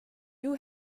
you